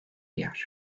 yer